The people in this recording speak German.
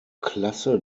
klasse